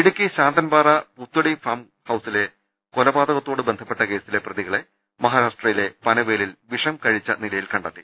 Idukki Santhanpara Puthady farm ഹൌസിലെ കൊലപാത കവുമായി ബന്ധപ്പെട്ട കേസിലെ പ്രതികളെ മഹാരാഷ്ട്രയിലെ പനവേലിൽ വിഷം കഴിച്ച നിലയിൽ കണ്ടെത്തി